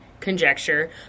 Conjecture